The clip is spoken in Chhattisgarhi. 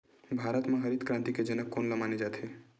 भारत मा हरित क्रांति के जनक कोन ला माने जाथे?